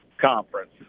conference